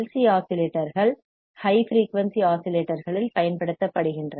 C LC ஆஸிலேட்டர்கள் high frequency ஆஸிலேட்டர்களில் பயன்படுத்தப்படுகின்றன